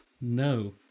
No